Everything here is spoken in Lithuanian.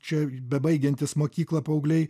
čia bebaigiantys mokyklą paaugliai